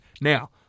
Now